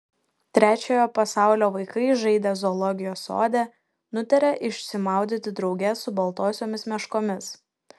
trečiojo pasaulio vaikai žaidę zoologijos sode nutarė išsimaudyti drauge su baltosiomis meškomis